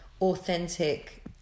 authentic